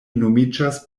nomiĝas